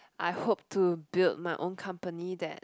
I hope to build my own company that